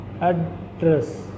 address